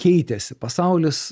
keitėsi pasaulis